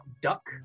duck